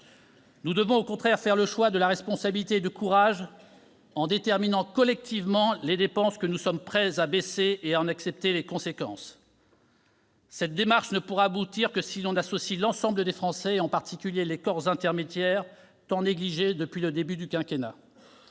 Nous devons, au contraire, faire le choix de la responsabilité et du courage, en déterminant collectivement les dépenses que nous sommes prêts à baisser, et en accepter les conséquences. Cette démarche ne pourra aboutir que si l'on y associe l'ensemble des Français, en particulier les corps intermédiaires, tant négligés depuis le début du quinquennat.